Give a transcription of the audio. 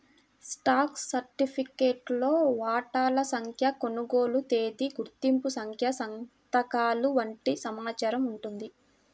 stock సర్టిఫికేట్లో వాటాల సంఖ్య, కొనుగోలు తేదీ, గుర్తింపు సంఖ్య సంతకాలు వంటి సమాచారం ఉంటుంది